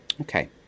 Okay